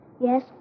Yes